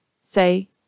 say